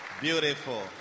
beautiful